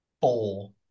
four